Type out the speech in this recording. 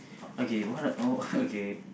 okay what are what okay